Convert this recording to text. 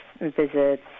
visits